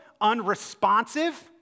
unresponsive